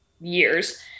years